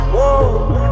Whoa